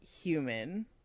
human